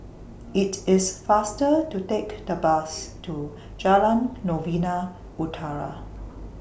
IT IS faster to Take The Bus to Jalan Novena Utara